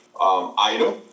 item